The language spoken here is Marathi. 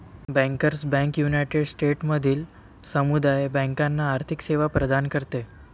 बँकर्स बँक युनायटेड स्टेट्समधील समुदाय बँकांना आर्थिक सेवा प्रदान करते